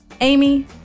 Amy